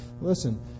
Listen